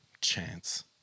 chance